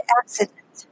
accident